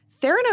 Theranos